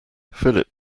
philip